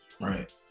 Right